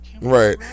Right